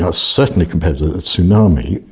ah certainly compared to the tsunami,